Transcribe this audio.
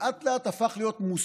לאט-לאט הוא הפך להיות מושג,